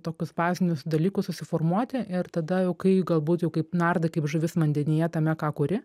tokius bazinius dalykus susiformuoti ir tada jau kai galbūt jau kaip nardai kaip žuvis vandenyje tame ką kuri